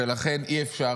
ולכן אי-אפשר,